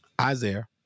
isaiah